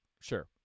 Sure